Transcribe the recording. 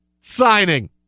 signing